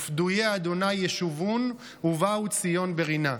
"ופדויי ה' ישובון ובאו ציון ברנה",